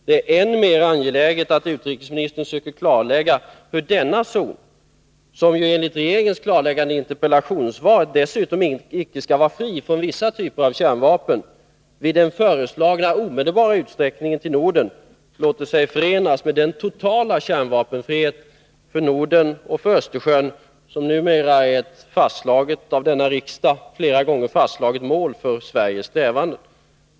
Det är än mer angeläget att utrikesministern söker klarlägga hur denna zon — som ju enligt regeringens klarläggande i interpellationssvaret dessutom icke skall vara fri från vissa typer av kärnvapen — vid den föreslagna omedelbara utsträckningen till Norden låter sig förenas med den totala kärnvapenfrihet för Norden och för Östersjön som numera är ett av denna riksdag flera gånger fastslaget mål för Sveriges strävanden.